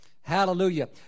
Hallelujah